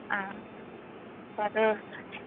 ആ അപ്പം അത്